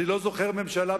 אני לא זוכר ממשלה,